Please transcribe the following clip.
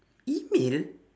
email